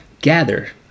gather